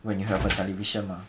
when you have a television mah